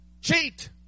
cheat